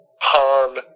Han